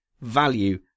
value